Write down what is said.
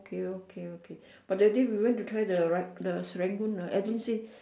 okay okay okay but that day we went to try the rice the Serangoon ah I didn't say